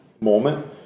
moment